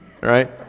right